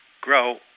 grow